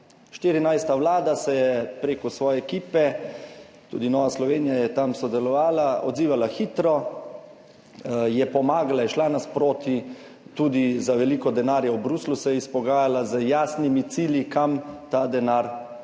14. vlada se je preko svoje ekipe, tudi Nova Slovenija je tam sodelovala, odzivala, hitro je pomagala, je šla nasproti tudi za veliko denarja v Bruslju se je izpogajala z jasnimi cilji, kam ta denar vlagati